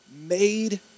made